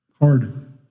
Hard